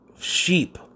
sheep